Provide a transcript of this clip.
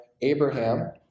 abraham